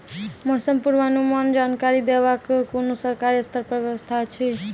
मौसम पूर्वानुमान जानकरी देवाक कुनू सरकारी स्तर पर व्यवस्था ऐछि?